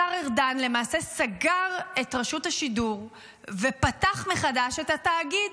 השר ארדן למעשה סגר את רשות השידור ופתח מחדש את התאגיד,